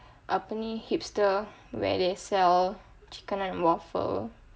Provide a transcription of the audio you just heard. apa ni hipster where they sell chicken and waffle